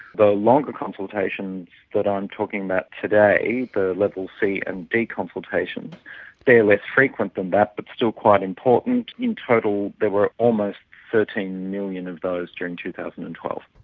the longer consultations that i'm talking about today the level c and d consultations they're less frequent than that, but still quite important. in total, there were almost thirteen million of those during two thousand and twelve.